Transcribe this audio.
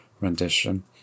rendition